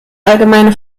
allgemeine